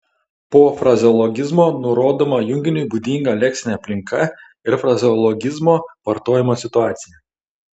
po frazeologizmo nurodoma junginiui būdinga leksinė aplinka ir frazeologizmo vartojimo situacija